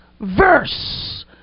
verse